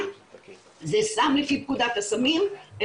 זה סם לפי פקודת הסמים,